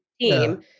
team